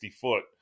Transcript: foot